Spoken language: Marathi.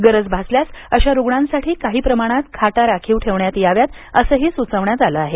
गरज भासल्यास अशा रुग्णांसाठी काही प्रमाणात खाटा राखीव ठेवण्यात याव्यात असंही सुचवण्यात आलं आहे